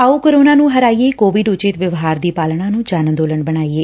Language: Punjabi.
ਆਓ ਕੋਰੋਨਾ ਨੂੰ ਹਰਾਈਏਂ ਕੋਵਿਡ ਉਚਿੱਤ ਵਿਵਹਾਰ ਦੀ ਪਾਲਣਾ ਨੂੰ ਜਨ ਅੰਦੋਲਨ ਬਣਾਈਏ